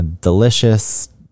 delicious